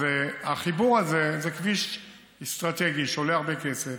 אז החיבור הזה זה כביש אסטרטגי שעולה הרבה כסף,